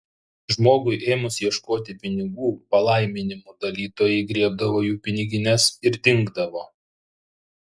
žmogui ėmus ieškoti pinigų palaiminimų dalytojai griebdavo jų pinigines ir dingdavo